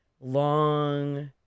long